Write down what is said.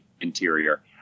interior